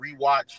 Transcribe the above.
rewatch